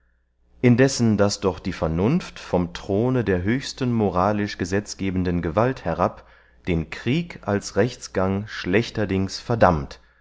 indessen daß doch die vernunft vom throne der höchsten moralisch gesetzgebenden gewalt herab den krieg als rechtsgang schlechterdings verdammt